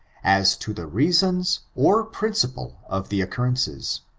as to the reasons or principle of the occurrences.